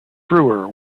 brewer